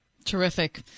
Terrific